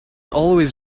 always